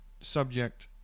subject